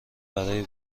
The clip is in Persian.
برای